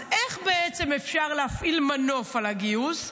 אז איך אפשר להפעיל מנוף על הגיוס?